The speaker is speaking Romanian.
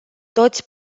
toți